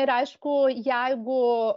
ir aišku jeigu